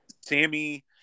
Sammy